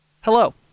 hello